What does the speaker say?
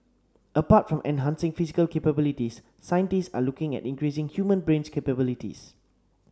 apart from enhancing physical capabilities scientists are looking at increasing human's brain capabilities